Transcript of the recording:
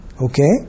Okay